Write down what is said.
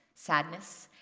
sadness,